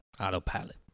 Autopilot